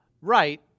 Right